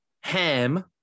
Ham